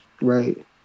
right